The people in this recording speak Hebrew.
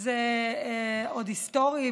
זה היסטורי,